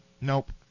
Nope